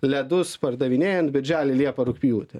ledus pardavinėjant birželį liepą rugpjūtį